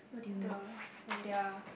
the on their